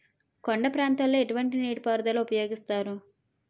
కొండ ప్రాంతాల్లో ఎటువంటి నీటి పారుదల ఉపయోగిస్తారు?